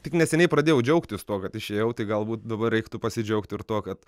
tik neseniai pradėjau džiaugtis tuo kad išėjau tai galbūt dabar reiktų pasidžiaugti ir tuo kad